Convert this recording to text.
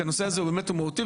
כי הנושא הזה הוא באמת מהותי,